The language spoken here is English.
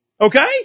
Okay